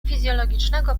fizjologicznego